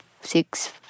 six